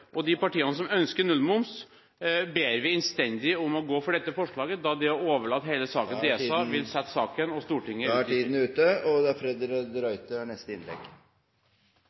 år. De partiene som ønsker nullmoms, ber vi innstendig om å gå for dette forslaget, da det å overlate hele saken til ESA vil sette saken og Stortinget … Da er tiden ute. Politikk handler selvfølgelig om veivalg. Arbeiderpartiets veivalg handler om å videreutvikle verdens beste velferdssamfunn. Det